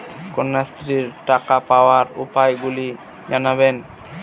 কন্যাশ্রীর টাকা পাওয়ার উপায়গুলি জানাবেন?